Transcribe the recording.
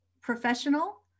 professional